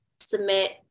submit